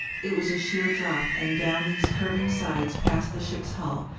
it was a sheer drop and down these curving sides past the ship's hull,